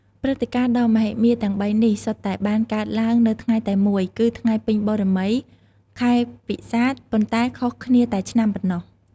ព្រឹត្តិការណ៍ដ៏មហិមាទាំងបីនេះ សុទ្ធតែបានកើតឡើងនៅថ្ងៃតែមួយ គឺថ្ងៃពេញបូណ៌មីខែពិសាខ ប៉ុន្តែខុសគ្នាតែឆ្នាំប៉ុណ្ណោះ។